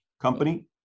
Company